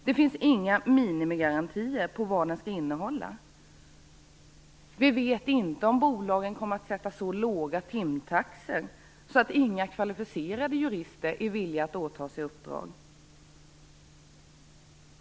Det finns inga minimigarantier på vad det skall innehållet. Vi vet inte om bolagen kommer att sätta så låga timtaxor att inga kvalificerade jurister är villiga att åta sig uppdrag.